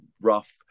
rough